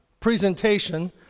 presentation